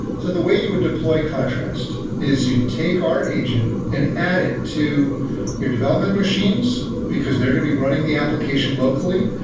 so the way you would deploy contrast is you'd take our agent and add it to your development machines, because they're going to be running the application locally.